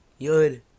yud